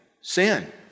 sin